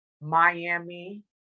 Miami